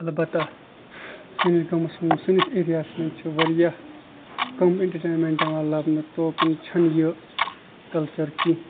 اَلبتہ سٲنِس گامَس منٛز سٲنِس ایریاہَس منٛز چھِ واریاہ تِم اینٛٹرٹینمینٛٹ یِوان لَبنہٕ توکُن چھےٚ نہٕ یہِ کَلچر کیٚنٛہہ